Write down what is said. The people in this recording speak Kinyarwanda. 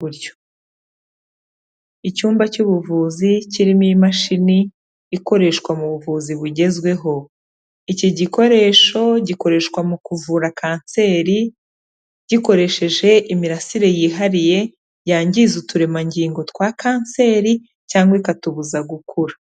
Icyumba cy'ubuvuzi kirimo imashini ikoreshwa mu buvuzi bugezweho, iki gikoresho gikoreshwa mu kuvura kanseri gikoresheje imirasire yihariye yangiza uturemangingo twa kanseri cyangwa ikatubuza gukura.